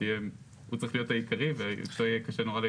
הוא צריך להיות העיקרי ו --- אתם